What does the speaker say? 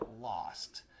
lost